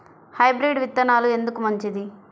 Hybrid విత్తనాలు ఎందుకు మంచిది?